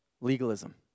legalism